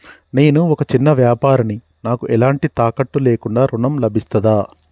నేను ఒక చిన్న వ్యాపారిని నాకు ఎలాంటి తాకట్టు లేకుండా ఋణం లభిస్తదా?